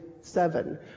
seven